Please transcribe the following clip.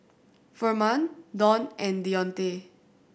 Furman Donn and Deontae